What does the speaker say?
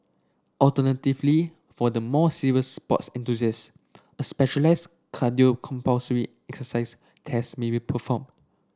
alternatively for the more serious sports enthusiast a specialised cardiopulmonary exercise test may be performed